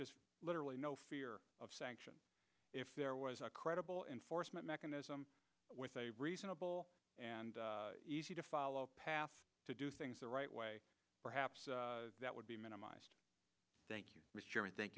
just literally no fear of sanctions if there was a credible enforcement mechanism with a reasonable and easy to follow a path to do things the right way perhaps that would be minimized thank you